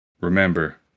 remember